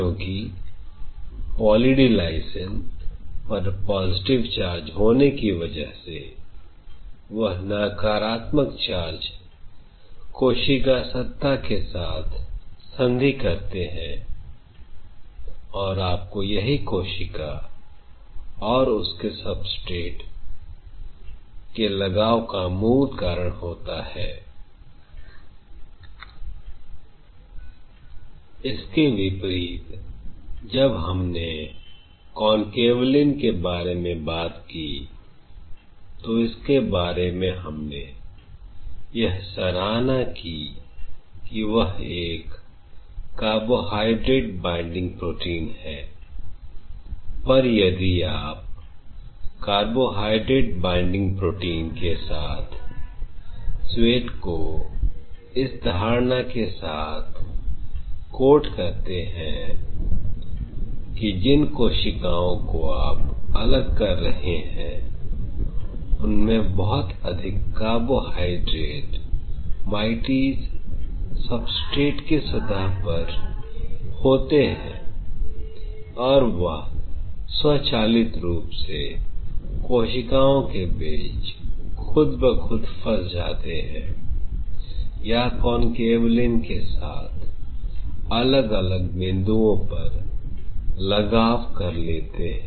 क्योंकि Poly D Lysine पर positive charge होने की वजह से वह नकारात्मक चार्ज कोशिका सत्ता के साथ संधि करते हैं यही कोशिका और उसके सबस्ट्रेट के लगाव का मूल कारण होता है I इसके विपरीत जब हमने Concanavalin के बारे में बात की तो इसके बारे में हमने यह सराहना की वह एक कार्बोहाइड्रेट बाइंडिंग प्रोटीन है पर यदि आप कार्बोहाइड्रेट बाइंडिंग प्रोटीन के साथ इस धारणा के साथ COAT करते हैं कि जिन कोशिकाओं को आप अलग कर रहे हैं उनमें बहुत अधिक कार्बोहाइड्रेट moieties सबस्ट्रेट की सतह पर सच होते हैं और वह स्वचालित रूप से कोशिकाओं के बीच खुद ब खुद फंस जाते हैं या Concanavalin के साथ अलग अलग बिंदुओं पर लगाव कर लेते हैं